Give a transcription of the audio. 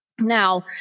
Now